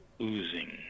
oozing